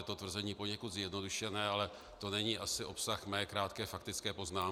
Je to tvrzení poněkud zjednodušené, ale to není asi obsah mé krátké faktické poznámky.